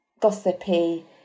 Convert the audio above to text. Gossipy